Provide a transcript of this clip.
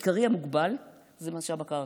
המוגבל העיקרי הוא משאב הקרקע,